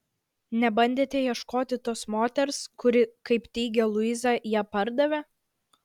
nebandėte ieškoti tos moters kuri kaip teigia luiza ją pardavė